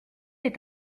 est